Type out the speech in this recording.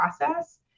process